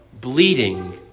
bleeding